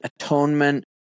atonement